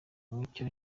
mucyo